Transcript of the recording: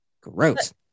Gross